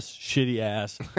shitty-ass